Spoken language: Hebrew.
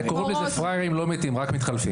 זה קורה בגלל שפראיירים לא מתים, רק מתחלפים.